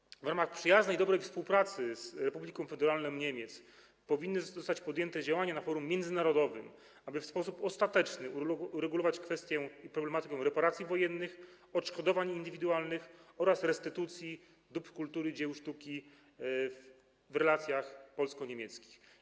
Reasumując, w ramach przyjaznej, dobrej współpracy z Republiką Federalną Niemiec powinny zostać podjęte działania na forum międzynarodowym, aby w sposób ostateczny uregulować kwestię, problematykę reparacji wojennych, odszkodowań indywidualnych oraz restytucji dóbr kultury i dzieł sztuki w relacjach polsko-niemieckich.